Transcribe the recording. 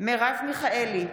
מרב מיכאלי,